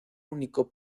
único